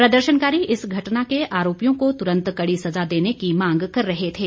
प्रदर्शनकारी इस घटना के आरोपियों को तुरन्त कड़ी सजा देने की मांग कर रहे थे